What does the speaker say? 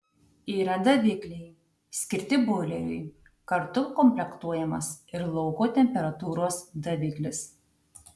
yra davikliai skirti boileriui kartu komplektuojamas ir lauko temperatūros daviklis